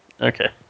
Okay